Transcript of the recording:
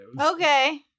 Okay